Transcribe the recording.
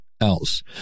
else